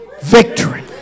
victory